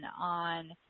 on